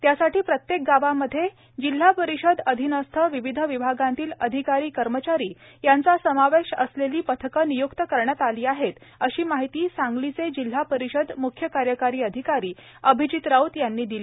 त्यासाठी प्रत्येक गावामध्ये जिल्हा परिषद अधिनस्त विविध विभागातील अधिकारी कर्मचारी यांचा समावेश असलेली पथके निय्क्त करण्यात आली आहेत अशी माहिती सांगलीचे जिल्हा परिषद मुख्य कार्यकारी अधिकारी अभिजीत राऊत यांनी दिली